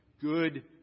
good